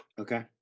Okay